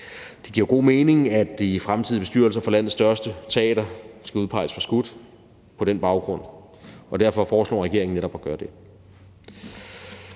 Det giver jo god mening, at de fremtidige bestyrelser for landets største teater skal udpeges forskudt, og derfor foreslår regeringen netop at gøre det.